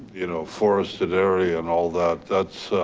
you know, forested area and all that. that's,